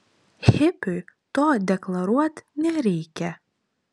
hipiui to deklaruot nereikia